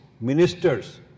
ministers